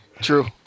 true